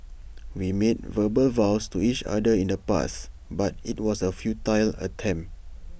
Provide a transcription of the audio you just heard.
we made verbal vows to each other in the past but IT was A futile attempt